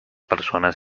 persones